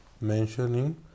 mentioning